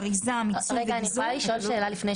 לפני כן, אני יכולה לשאול שאלה?